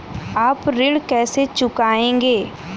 आप ऋण कैसे चुकाएंगे?